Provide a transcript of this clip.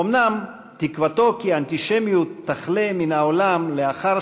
אומנם תקוותו כי האנטישמיות תכלה מן העולם לאחר